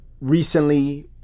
recently